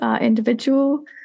individual